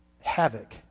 havoc